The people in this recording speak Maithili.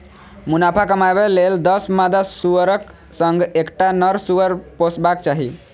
मुनाफा कमाबै लेल दस मादा सुअरक संग एकटा नर सुअर पोसबाक चाही